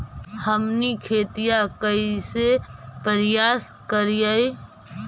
हमनी खेतीया कइसे परियास करियय?